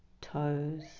toes